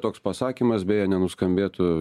toks pasakymas beje nenuskambėtų